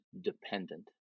dependent